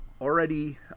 already